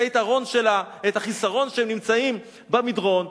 החיסרון שהם נמצאים במדרון,